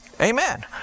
Amen